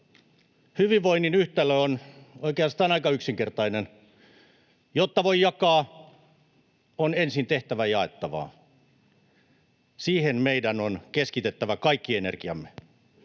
Hyvinvoinnin yhtälö on oikeastaan aika yksinkertainen: jotta voi jakaa, on ensin tehtävä jaettavaa. Siihen meidän on keskitettävä kaikki energiamme.